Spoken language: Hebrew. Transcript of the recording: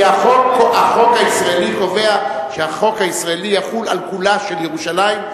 כי החוק הישראלי קובע שהחוק הישראלי יחול על ירושלים כולה,